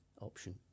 option